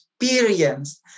experience